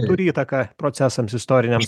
turi įtaką procesams istoriniams